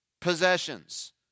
possessions